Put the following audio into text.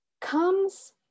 comes